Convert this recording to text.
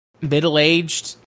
middle-aged